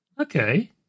Okay